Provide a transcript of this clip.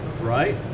Right